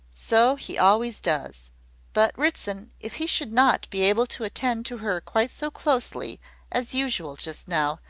so he always does but ritson, if he should not be able to attend to her quite so closely as usual, just now,